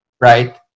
right